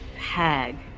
hag